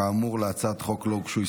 כאמור, להצעת החוק לא הוגשו הסתייגויות,